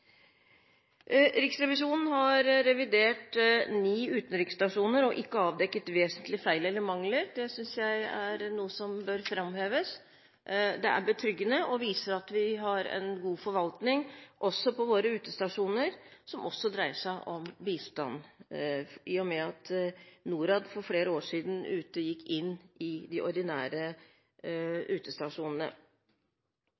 Riksrevisjonen har revidert ni utenriksstasjoner og ikke avdekket vesentlige feil eller mangler. Det synes jeg er noe som bør framheves. Det er betryggende og viser at vi har en god forvaltning også på våre utestasjoner når det dreier seg om bistand, i og med at Norad for flere år siden gikk inn i de ordinære